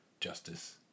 justice